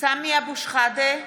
מצביע סמי אבו שחאדה,